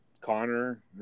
Connor